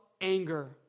anger